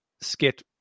Skit